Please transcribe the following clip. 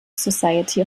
society